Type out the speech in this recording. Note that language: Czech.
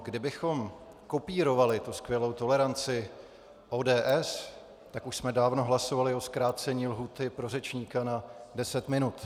Kdybychom kopírovali tu skvělou toleranci ODS, tak už jsme dávno hlasovali o zkrácení lhůty pro řečníka na 10 minut.